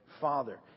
father